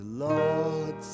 Lord